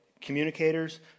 communicators